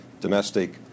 domestic